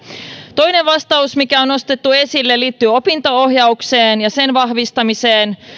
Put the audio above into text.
toinen vastaus mikä on nostettu esille liittyy opinto ohjaukseen ja sen vahvistamiseen